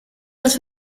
las